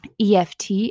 EFT